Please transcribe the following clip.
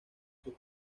sus